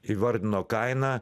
įvardino kainą